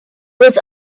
was